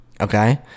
Okay